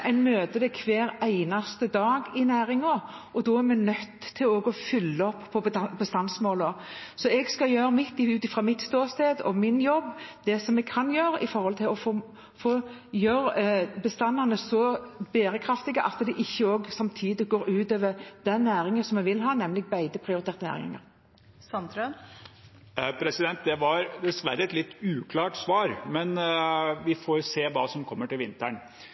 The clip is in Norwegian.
En møter det hver eneste dag i næringen, og da er vi nødt til også å følge opp bestandsmålene. Jeg skal gjøre ut fra mitt ståsted og min jobb det jeg kan gjøre for å få bestandene så bærekraftige at det ikke også samtidig går ut over de næringene som vi vil ha, nemlig beitebaserte næringer. Nils Kristen Sandtrøen – til oppfølgingsspørsmål Det var dessverre et litt uklart svar, men vi får se hva som kommer til vinteren.